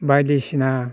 बायदिसिना